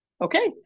Okay